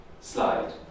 slide